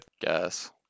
guess